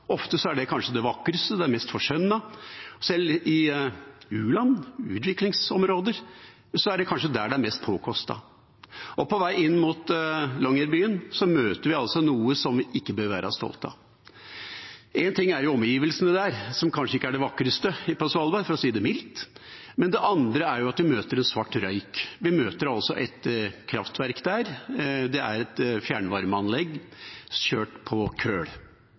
er det kanskje det vakreste, det mest forskjønnede. Selv i u-land, i utviklingsområder, er det kanskje der det er mest påkostet. På vei inn mot Longyearbyen møter vi altså noe som vi ikke bør være stolte av. En ting er jo omgivelsene der, som kanskje ikke er det vakreste på Svalbard, for å si det mildt, men det andre er at vi møter svart røyk. Vi møter altså et kraftverk der, et fjernvarmeanlegg, drevet med kull. Dette er leit, og det er